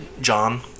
John